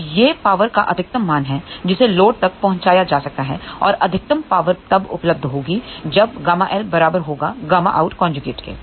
तो यह पावर का अधिकतम मान है जिसे लोड तक पहुंचाया जा सकता है और अधिकतम पावर तब उपलब्ध होगी जब ƬL बराबर होगा Ƭout कन्ज्यूगेट के